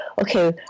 okay